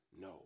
no